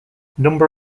number